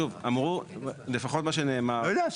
שוב, אמרו, לפחות מה שנאמר --- אני יודע.